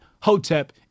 Hotep